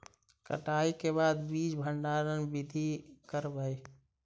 कटाई के बाद बीज भंडारन बीधी करबय?